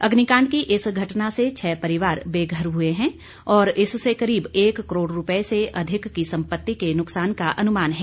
अग्निकांड की इस घटना से छह परिवार बेघर हए हैं और इससे करीब एक करोड़ रुपये से अधिक की सम्पत्ति के नुकसान का अनुमान है